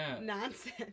nonsense